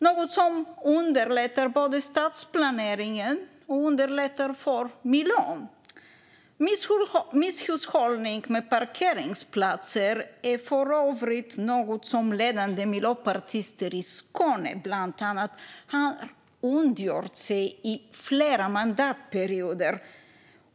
Det underlättar både för stadsplaneringen och för miljön. Misshushållning med parkeringsplatser är för övrigt något som ledande miljöpartister i Skåne bland annat har ondgjort sig över under flera mandatperioder.